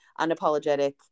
unapologetic